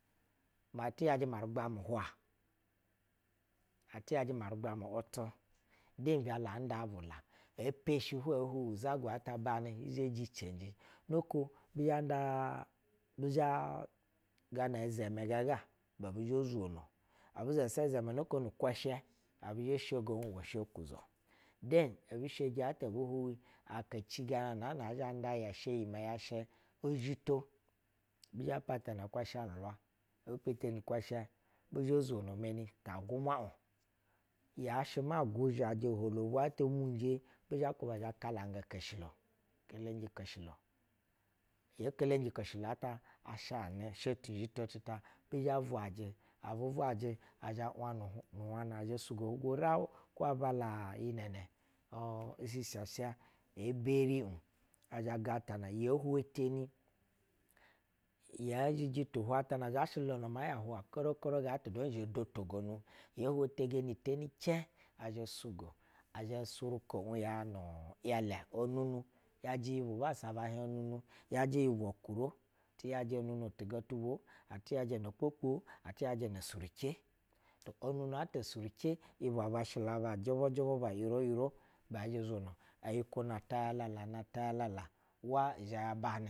Mati yajɛ marugba nu hwa, ati yajɛ marugba mu wutu de ni bɛ la anda avula epeshi hwɛ ee huwi gata ya banɛ hi zhɛ jicinje noko hi nda bi zha jala izɛmɛ gaga ɛbi zhɛ zwono bu zasa zɛmɛ noko ni kwɛshɛ abi zhɛ zwogono uwɛ shokuzo. Lthen aabi sheji ebi huwi akaci ga nan aa na azha nda y abo zhito bizhɛ zwono meni ta gumwa ib ashɛma guzhajɛ oholobwo ata munje bi zhɛ kwuba na kalanga koshilo kelenji koshilo ye kelenyi koshilo ta asha inɛ tebiye bi zha bwajɛ abu bwajɛ a buvwajɛ gwana ɛzhɛ’wah nu bwana ɛzhɛ sugo du rawu ba bala iyinɛnɛ. uu-shi sasa eberi ɛzhɛ gatana ye hwetam ye shiji tu hwata, azhashv lono maa ya hwatana korou korou gaa ta du ɛzhɛ dotogonu ye hwetegeni teni cɛb ɛzhɛ sugo osuniko un nu yalɛ onunu yajɛ yi bassa hiɛd onunu tuga tu vwo, ti yajɛ ano kpokpo, yajɛ na surucɛ onunu ata esuruce u’yibwa ba shɛ bana jɛ vujɛu ga uyi oyibwo oyikwo na tu ya alala na ta ya alala uwa zhɛ ya banɛ.